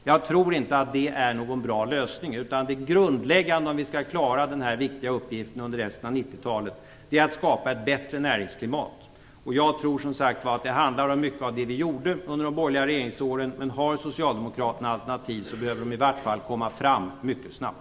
Jag tror alltså inte att detta är någon bra lösning, utan det grundläggande för att vi skall klara den här viktiga uppgiften under resten av 1990-talet är att skapa ett bättre näringsklimat. Jag tror som sagt att det då handlar mycket av det vi gjorde under de borgerliga regeringsåren. Har Socialdemokraterna några alternativ så bör dessa i varje fall föras fram mycket snabbt.